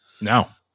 Now